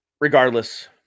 regardless